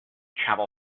travel